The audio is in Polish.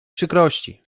przykrości